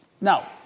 Now